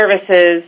services